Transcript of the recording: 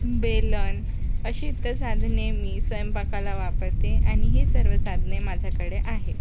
बेलन अशी इतर साधने मी स्वयंपाकाला वापरते आणि ही सर्व साधने माझ्याकडे आहेत